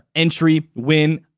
entry, win,